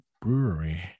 Brewery